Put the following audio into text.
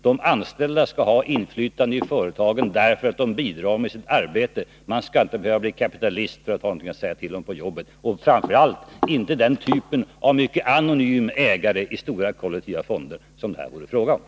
De anställda skall ha inflytande i företagen därför att de bidrar med sitt arbete. Man skall inte behöva bli kapitalist för att ha någonting att säga till om på jobbet, och framför allt inte den typ av mycket anonym ägare i stora kollektiva fonder som det här är fråga om.